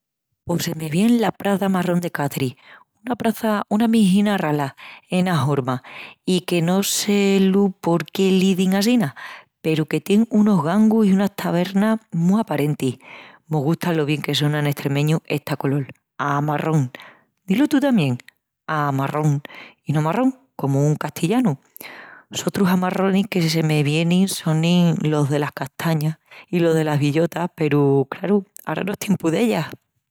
Pos se me vien la Praça Amarrón de Caçris, una praça una mijna rala ena horma i que no sé lu por qué l'izin assina, peru que tien unus gangus i tavernas mu aparentis. Mos gusta lo bien que sona en estremeñu esta colol: amarrón. Di-lu tú tamién: amarrón. I no marrón, comu en castillanu. Sotrus amarronis que se me vienin sonin los delas castañas i los delas billotas peru, craru, ara no es tiempu d'ellas.